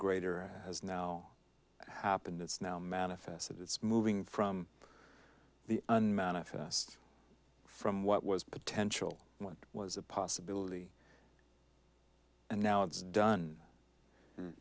greater has now happened it's now manifested it's moving from the unmanifest from what was potential what was a possibility and now it's done